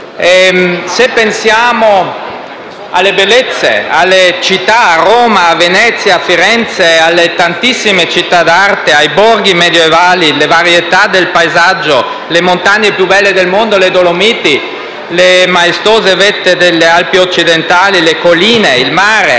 Se pensiamo alle bellezze, alle città di Roma, Venezia o Firenze, alle tantissime città d'arte, ai borghi medievali, alle varietà del paesaggio, alle montagne più belle del mondo, le Dolomiti, alle maestose vette delle Alpi occidentali, alle colline, al mare